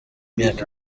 imyaka